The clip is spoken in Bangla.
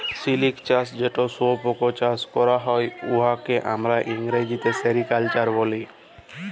সিলিক চাষ যেট শুঁয়াপকা চাষ ক্যরা হ্যয়, উয়াকে আমরা ইংরেজিতে সেরিকালচার ব্যলি